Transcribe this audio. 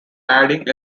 adding